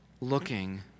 looking